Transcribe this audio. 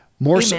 More